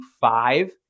five